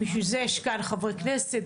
בשביל זה יש כאן חברי כנסת.